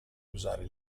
usare